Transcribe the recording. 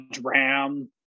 ram